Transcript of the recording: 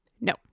No